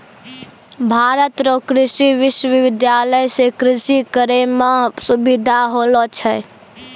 भारत रो कृषि विश्वबिद्यालय से कृषि करै मह सुबिधा होलो छै